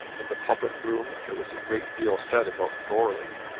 in the public room there was a great deal said about goarly,